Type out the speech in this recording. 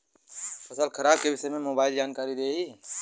फसल खराब के विषय में मोबाइल जानकारी देही